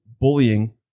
bullying